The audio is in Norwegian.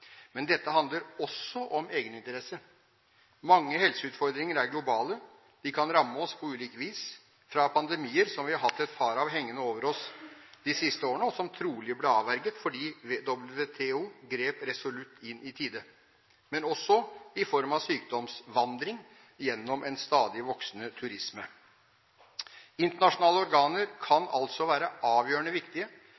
Men dette handler også om egeninteresse. Mange helseutfordringer er globale. De kan ramme oss, på ulikt vis, bl.a. ved pandemier, som vi har hatt et par av hengende over oss de siste årene, og som trolig ble avverget fordi WTO grep resolutt inn i tide – men også i form av sykdomsvandring på grunn av en stadig voksende turisme. Internasjonale organer kan